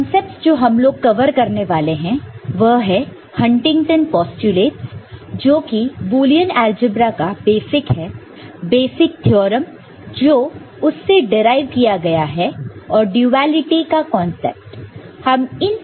concepts जो हम लोग कवर करने वाले हैं वह है हंटिंगटन पोस्टयूलेट जोकि बुलियन अलजेब्रा का बेसिक है बेसिक थ्योरम जो उससे डीराइव किया गया है और ड्युअलिटी का कांसेप्ट